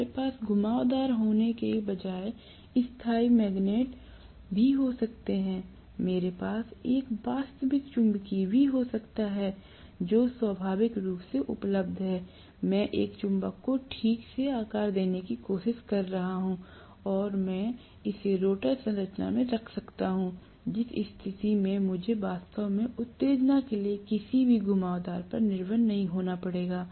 हमारे पास घुमावदार होने के बजाय स्थायी मैग्नेट भी हो सकते हैं मेरे पास एक वास्तविक चुंबकीय भी हो सकता है जो स्वाभाविक रूप से उपलब्ध है मैं एक चुंबक को ठीक से आकार देने की कोशिश कर सकता हूं और मैं इसे रोटर संरचना में रख सकता हूं जिस स्थिति में मुझे वास्तव में उत्तेजना के लिए किसी भी घुमावदार पर निर्भर नहीं होना पड़ेगा